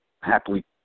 happily